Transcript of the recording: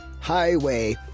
Highway